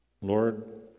Lord